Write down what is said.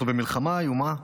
אנחנו במלחמה איומה.